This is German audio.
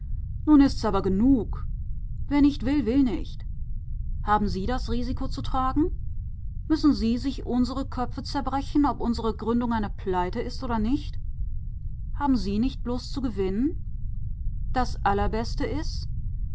nun ist's aber genug wer nicht will will nicht haben sie das risiko zu tragen müssen sie sich unsere köpfe zerbrechen ob unsere gründung eine pleite ist oder nicht haben sie nicht bloß zu gewinnen das allerbeste ist